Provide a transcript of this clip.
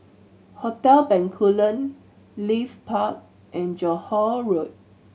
Hotel Bencoolen Leith Park and Johore Road